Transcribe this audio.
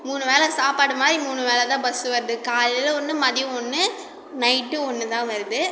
மூணு வேளை சாப்பாடு மாதிரி மூணு வேளை தான் பஸ்ஸு வருது காலையில் ஒன்று மதியம் ஒன்று நைட்டு ஒன்று தான் வருது